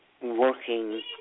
working